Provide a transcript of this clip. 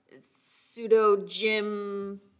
pseudo-gym